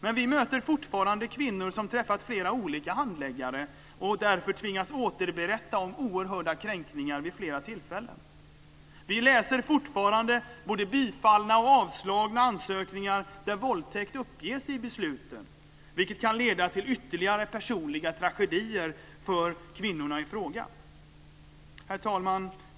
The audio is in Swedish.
Men vi möter fortfarande kvinnor som träffat flera olika handläggare och därför tvingats återberätta om oerhörda kränkningar vid flera tillfällen. Vi läser fortfarande både bifallna och avslagna ansökningar där våldtäkt uppges i besluten, vilket kan leda till ytterligare personliga tragedier för kvinnorna i fråga. Herr talman!